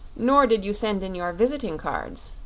nor did you send in your visiting cards,